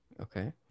okay